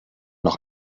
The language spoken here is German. noch